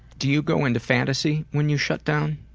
do you go into fantasy when you shut down?